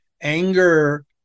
anger